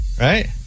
Right